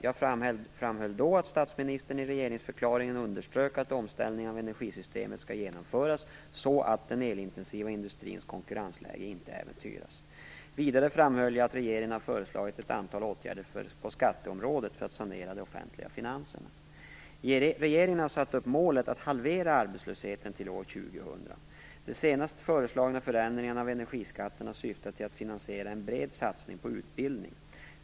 Jag framhöll då att statsministern i regeringsförklaringen underströk att omställningen av energisystemet skall genomföras så att den elintensiva industrins konkurrensläge inte äventyras. Vidare framhöll jag att regeringen har föreslagit ett antal åtgärder på skatteområdet för att sanera de offentliga finanserna. Regeringen har satt upp målet att halvera arbetslösheten till år 2000. De senast föreslagna förändringarna av energiskatterna syftar till att finansiera en bred satsning på utbildning .